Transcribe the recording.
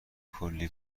کلی